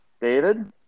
David